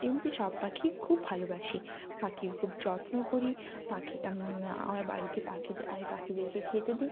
এমনিতে সব পাখি খুব ভালোবাসি পাখির খুব যত্ন করি পাখি আমার বাড়িতে পাখিতে আমি পাখিদেরকে খেতে দিই